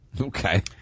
Okay